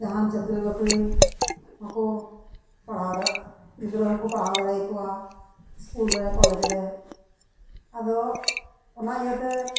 ᱡᱟᱦᱟᱸᱱ ᱪᱟᱠᱨᱤ ᱵᱟᱠᱨᱤ ᱦᱚᱸᱠᱚ ᱯᱟᱲᱦᱟᱣ ᱫᱟᱲᱮᱜ ᱜᱤᱫᱽᱨᱟᱹ ᱦᱚᱸᱠᱚ ᱯᱟᱲᱦᱟᱣ ᱫᱟᱲᱮᱣ ᱠᱚᱣᱟ ᱤᱥᱠᱩᱞ ᱨᱮ ᱠᱚᱞᱮᱡᱽ ᱨᱮ ᱟᱫᱚ ᱚᱱᱟ ᱤᱭᱟᱹᱛᱮ